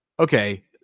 Okay